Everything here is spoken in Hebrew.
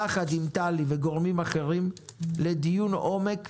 ביחד עם טלי לאופר וגורמים אחרים לדיון עומק,